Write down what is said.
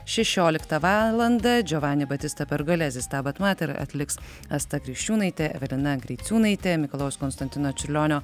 šešioliktą valandą džiovani batista pergolezi stabat mater atliks asta kriščiūnaitė evelina griciūnaitė mikalojaus konstantino čiurlionio